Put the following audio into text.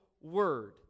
word